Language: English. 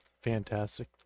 Fantastic